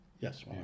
Yes